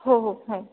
हो हो हो